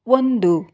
ಒಂದು